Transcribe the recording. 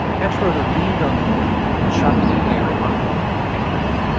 pat schroeder leaned on the podium, chopped the air awkwardly to make a point.